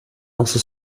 also